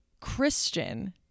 christian